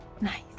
Nice